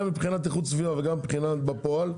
גם מבחינת איכות הסביבה וגם מבחינת בפועל,